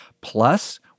Plus